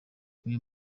uyu